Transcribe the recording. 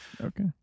Okay